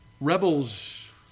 Rebels